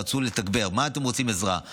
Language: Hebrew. רצו לתגבר: איזו עזרה אתם רוצים?